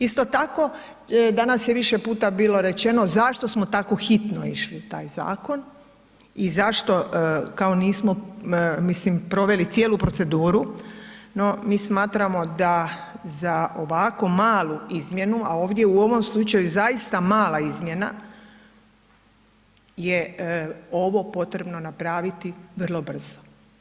Isto tako, danas je više puta bilo rečeno zašto smo tako hitno išli u taj zakon i zašto kao nismo mislim proveli cijelu proceduru, no mi smatramo da za ovako malu izmjenu, a ovdje u ovom slučaju zaista mala izmjena je ovo potrebno napraviti vrlo brzo.